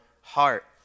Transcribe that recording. heart